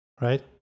right